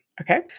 Okay